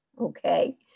Okay